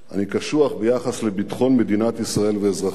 אני קשוח ביחס לביטחון מדינת ישראל ואזרחיה,